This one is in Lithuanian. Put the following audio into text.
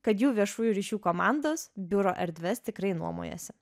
kad jų viešųjų ryšių komandos biuro erdves tikrai nuomojasi